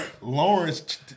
Lawrence